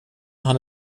han